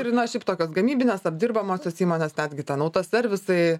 ir na šiaip tokios gamybinės apdirbamosios įmonės netgi ten autoservisai